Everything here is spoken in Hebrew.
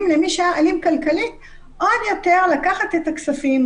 למי שהיה אלים כלכלית עוד יותר לקחת את הכספים,